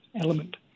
element